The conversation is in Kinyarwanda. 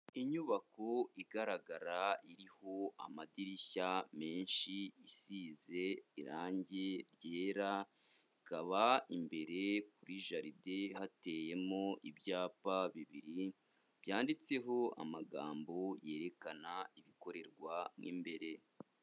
Inyubako igaragara iriho amadirishya menshi, isize irange ryera, ikaba imbere kuri jaride hateyemo ibyapa bibiri byanditseho amagambo yerekana ibikorerwa mo imbere.